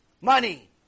money